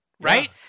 Right